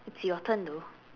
it's your turn though